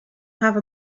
have